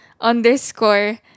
underscore